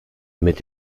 mit